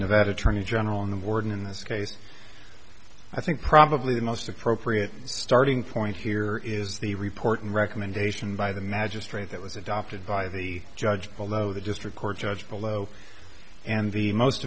that attorney general in the warden in this case i think probably the most appropriate starting point here is the report and recommendation by the magistrate that was adopted by the judge below the district court judge below and the most